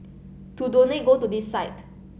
to donate go to this site